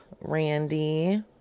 Randy